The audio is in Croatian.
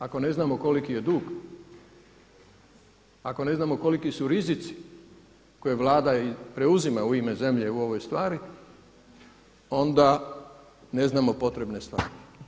Ako ne znamo koliki je dug, ako ne znamo koliki su rizici koje Vlada preuzima u ime zemlje u ovoj stvari onda ne znamo potrebne stvari.